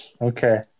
Okay